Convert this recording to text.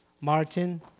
Martin